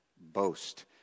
boast